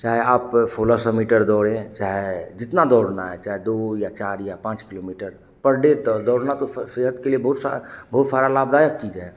चाहे आप सोलह सौ मीटर दौड़े चाहे जितना दौड़ना है चाहे दो या चार या पाँच किलोमीटर पर डे द दौड़ना तो स सेहत के लिए बहुत सी बहुत सारी लाभ लाभदायक चीज़ है